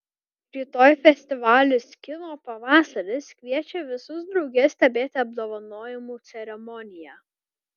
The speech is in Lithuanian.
rytoj festivalis kino pavasaris kviečia visus drauge stebėti apdovanojimų ceremoniją